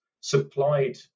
supplied